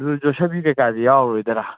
ꯌꯣꯁꯕꯤ ꯀꯩꯀꯥꯗꯤ ꯌꯥꯎꯔꯔꯣꯏꯗꯔꯥ